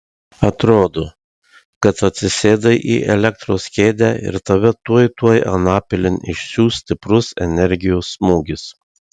atrodo kad atsisėdai į elektros kėdę ir tave tuoj tuoj anapilin išsiųs stiprus energijos smūgis